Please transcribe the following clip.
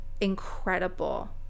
incredible